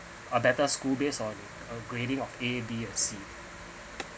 better school based on a grading of a b or c